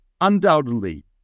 Undoubtedly